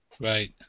Right